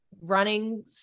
running